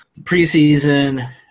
preseason